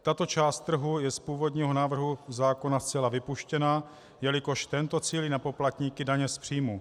Tato část trhu je z původního návrhu zákona zcela vypuštěna, jelikož tento cílí na poplatníky daně z příjmu.